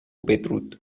بدرود